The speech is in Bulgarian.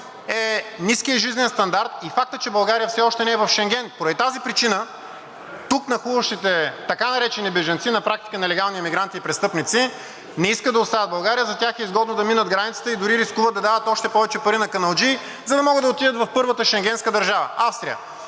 е ниският жизнен стандарт и фактът, че България все още не е в Шенген. Поради тази причина тук нахлуващите така наречени бежанци, на практика нелегални мигранти и престъпници, не искат да остават в България. За тях е изгодно да минат границата и дори рискуват да дават още повече пари на каналджии, за да могат да отидат в първата шенгенска държава – Австрия.